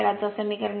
आता समीकरण So